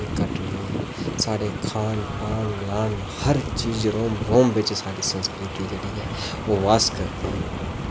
घट्ट निं ऐ साढ़े खान पान हर चीज़ रोम रोम बिच साढ़ी संस्कृति जेह्ड़ी ऐ ओह् वास करदी ऐ